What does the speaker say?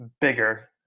bigger